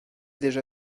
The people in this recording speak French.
déjà